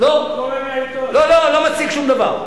לא מציג שום דבר.